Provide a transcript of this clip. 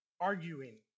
Arguing